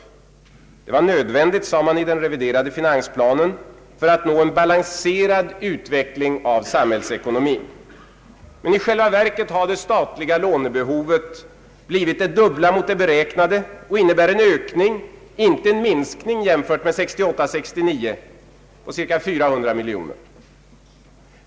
Detta var nödvändigt, sade man i den reviderade finansplanen, ”för att nå en balanserad utveckling av samhällsekonomin”. Men i själva verket har det statliga lånebehovet blivit det dubbla mot det beräknade och innebär en ökning, inte en minskning, jämfört med 1968/69 på ca 400 miljoner.